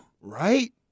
Right